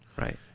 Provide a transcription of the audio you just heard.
Right